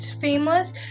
famous